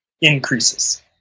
increases